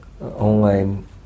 online